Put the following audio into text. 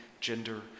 gender